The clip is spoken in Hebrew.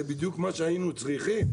זה בדיוק מה שהיינו צריכים.